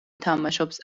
თამაშობს